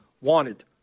wanted